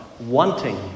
wanting